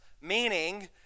Meaning